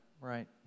right